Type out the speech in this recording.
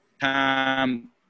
time